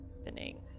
opening